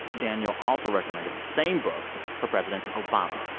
daniel also recommended the same book for president obama.